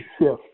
shift